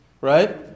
Right